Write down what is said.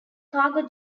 cargo